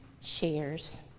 shares